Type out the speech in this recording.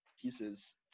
pieces